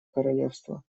королевства